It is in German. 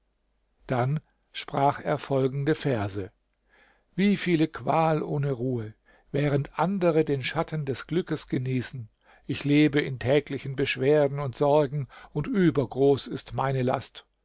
dann sprach er folgende verse wie viele qual ohne ruhe während andere den schatten des glückes genießen ich lebe in täglichen beschwerden und sorgen und übergroß ist meine last